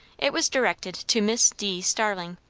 it was directed to miss d. starling.